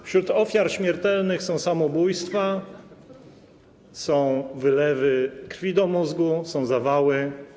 Wśród przyczyn ofiar śmiertelnych są samobójstwa, są wylewy krwi do mózgu, są zawały.